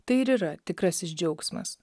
tai ir yra tikrasis džiaugsmas